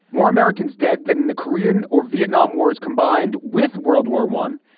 more americans dead than the korean or vietnam wars combined with world war one?